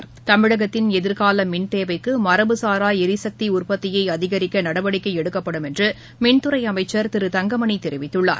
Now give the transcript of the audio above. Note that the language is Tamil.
நி தமிழகத்தில் எதிர்கால மின் தேவைக்கு மரபுசாரா எரிசக்தி உற்பத்தியை அதிகரிக்க நடவடிக்கை எடுக்கப்படும் என்று மின்துறை அமைச்சர் திரு தங்கமணி தெரிவித்துள்ளார்